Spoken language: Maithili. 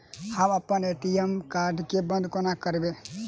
हम अप्पन ए.टी.एम कार्ड केँ बंद कोना करेबै?